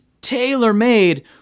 tailor-made